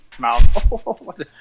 mouth